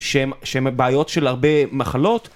שהם בעיות של הרבה מחלות.